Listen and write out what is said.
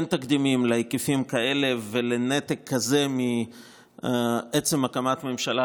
אין תקדימים להיקפים כאלה ולנתק כזה מעצם הקמת ממשלה,